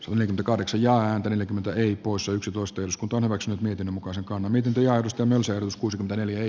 suomen kaitsijaa neljäkymmentä eri poissa yksitoista jos on maksanut niiden mukaisen kannan mitätöi ostamansa eduskuskuntaneliö